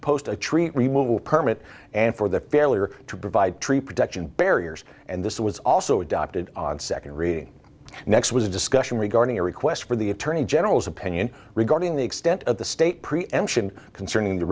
post a tree removal permit and for the fairly or to provide tree protection barriers and this was also adopted on second reading next was a discussion regarding a request for the attorney general's opinion regarding the extent of the state preemption concerning the